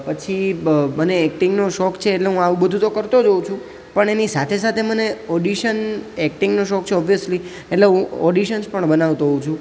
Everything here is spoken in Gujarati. પછી મને એક્ટિંગનો શોખ છે એટલે હું આવું બધું તો કરતો જ હોઉં છું પણ એની સાથે સાથે મને ઓડીશન એક્ટિંગનું શોખ છે ઓબ્વિયસલી એટલે હું ઓડિશન્સ પણ બનાવતો હોઉં છું